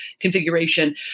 configuration